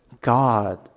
God